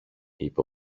είπε